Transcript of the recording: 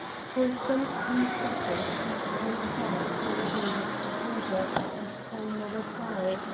for some few seconds he strove hard to regain his composure and frame a reply,